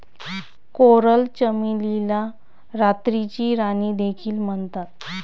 coral चमेलीला रात्रीची राणी देखील म्हणतात